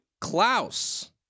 Klaus